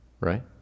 Right